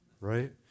Right